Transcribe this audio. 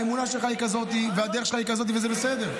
האמונה שלך היא כזאת והדרך שלך היא כזאת וזה בסדר.